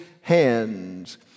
hands